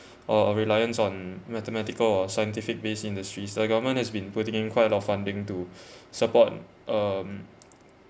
or uh reliance on mathematical or scientific based industries the government has been putting in quite a lot of funding to support um